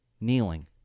Kneeling